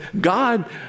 God